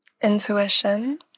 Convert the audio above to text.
intuition